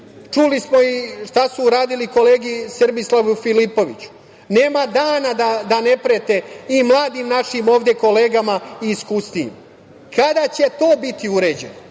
Čuli smo i šta su uradili kolegi Srbislavu Filipoviću. Nema dana da ne prete i mladim našim kolegama i iskusnijim. Kada će to biti uređeno?